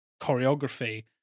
choreography